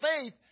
faith